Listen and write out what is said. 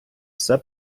все